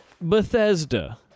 Bethesda